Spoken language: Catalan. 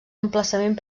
emplaçament